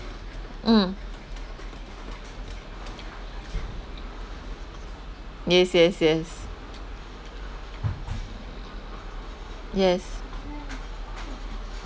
mm yes yes yes yes